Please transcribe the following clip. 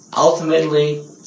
Ultimately